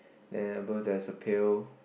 then above there's a pail